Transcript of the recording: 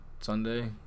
Sunday